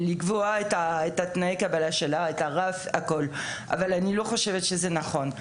לקבוע את תנאי הקבלה שלה אני לא חושבת שזה נכון.